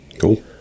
Cool